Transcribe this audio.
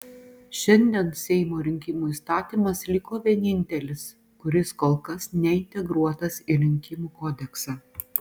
šiandien seimo rinkimų įstatymas liko vienintelis kuris kol kas neintegruotas į rinkimų kodeksą